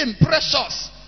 precious